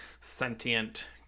sentient